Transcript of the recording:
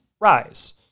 rise